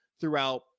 throughout